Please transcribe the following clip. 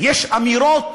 יש אמירות